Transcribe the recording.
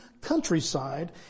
countryside